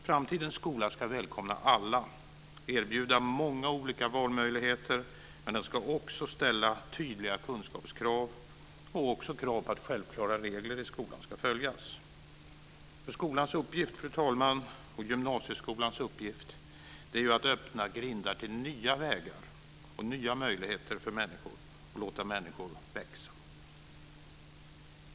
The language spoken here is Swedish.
Framtidens skola ska välkomna alla och erbjuda många olika valmöjligheter, men den ska också ställa tydliga kunskapskrav och krav på att självklara regler i skolan ska följas. Skolans uppgift, och gymnasieskolans uppgift, är att öppna nya vägar och nya möjligheter för människor och att låta människor växa.